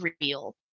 real